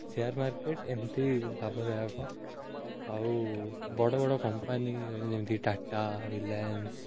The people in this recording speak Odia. ସେୟାର୍ ମାର୍କଟ୍ ଏମିତି ଲାଭଦାୟକ ଆଉ ବଡ଼ ବଡ଼ କମ୍ପାନୀ ଯେମିତି ଟାଟା ରିଲାଏନ୍ସ